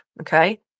Okay